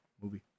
Movie